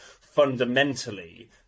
fundamentally